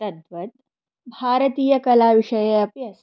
तद्वत् भारतीयकलाविषयेऽपि अस्ति